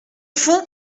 fond